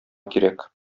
кирәк